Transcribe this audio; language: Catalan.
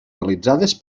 realitzades